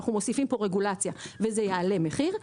אנחנו מוסיפים פה רגולציה שתגרום להעלאה במחיר,